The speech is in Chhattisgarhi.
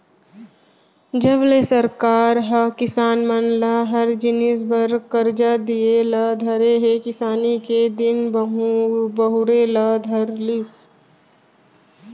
जब ले सरकार ह किसान मन ल हर जिनिस बर करजा दिये ल धरे हे किसानी के दिन बहुरे ल धर लिस